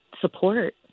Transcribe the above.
support